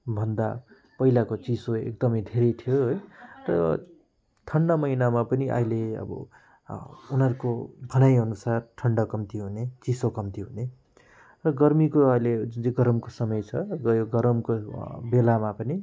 भन्दा पहिलाको चिसो एकदमै धेरै थियो है तर ठन्डा महिनामा पनि अहिले अब उनीहरूको भनाइअनुसार ठन्डा कम्ती हुने चिसो कम्ती हुने र गर्मीको अहिले जुन चाहिँ गरमको समय छ र ग गरमको बेलामा पनि